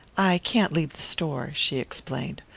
i can't leave the store, she explained.